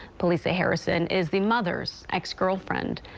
police say harrison is the mother's ex-girlfriend.